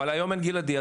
אבל היום אין גלעדי,